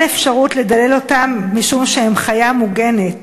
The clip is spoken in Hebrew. אין אפשרות לדלל אותם משום שהם חיה מוגנת,